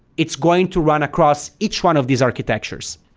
it's going to run across each one of these architectures.